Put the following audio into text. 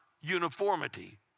uniformity